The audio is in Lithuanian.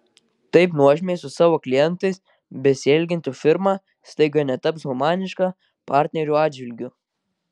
taip nuožmiai su savo klientais besielgianti firma staiga netaps humaniška partnerių atžvilgiu